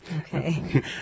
okay